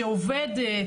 שעובד,